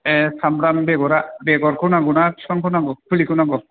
ए सामब्राम बेगरा बेगरखौ नांगौना बिफांखौ नांगौ फुलिखौ नांगौ